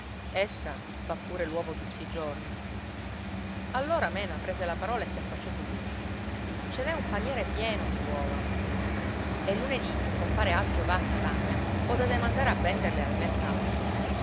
essa fa pure l'uovo tutti i giorni allora mena prese la parola e si affacciò sull'uscio ce n'è un paniere pieno di uova aggiunse e lunedì se compare alfio va a catania potete mandare a venderle al mercato